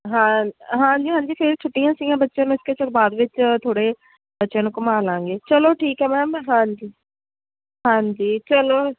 ਹਾਂ ਹਾਂਜੀ ਹਾਂਜੀ ਫੇਰ ਛੁੱਟੀਆਂ ਸੀਗੀਆਂ ਬੱਚਿਆਂ ਨੂੰ ਅਸੀਂ ਕਿਹਾ ਚਲੋ ਬਾਅਦ ਵਿੱਚ ਥੋੜ੍ਹੇ ਬੱਚਿਆਂ ਨੂੰ ਘੁਮਾ ਲਾਂਗੇ ਚਲੋ ਠੀਕ ਹੈ ਮੈਮ ਹਾਂਜੀ ਹਾਂਜੀ ਚਲੋ